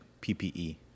PPE